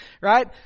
right